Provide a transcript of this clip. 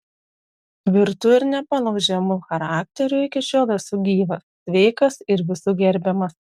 tvirtu ir nepalaužiamu charakteriu iki šiol esu gyvas sveikas ir visų gerbiamas